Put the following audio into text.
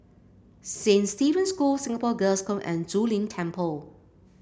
Saint Stephen's School Singapore Girls' Home and Zu Lin Temple